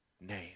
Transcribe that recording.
name